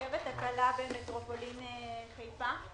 הצעת קביעת חברת